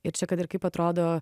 ir čia kad ir kaip atrodo